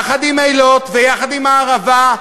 יחד עם אילות ויחד עם הערבה,